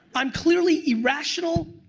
i'm clearly irrational,